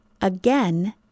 Again